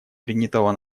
принятого